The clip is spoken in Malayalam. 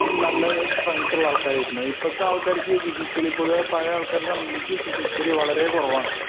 നല്ല സ്ട്രെങ്ത്തുള്ള ആൾക്കാരായിരുന്നു ഇപ്പത്തെ ആൾക്കാർക്ക് ഫിസിക്കലി പൊതുവെ പഴയ ആൾക്കാരെ സംബന്ധിച്ച് ഫിസിക്കലി വളരെ കുറവാണ്